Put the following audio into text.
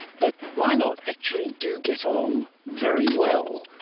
but my lot actually do get along very well,